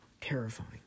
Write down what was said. terrifying